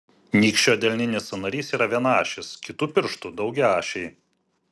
nykščio delninis sąnarys yra vienaašis kitų pirštų daugiaašiai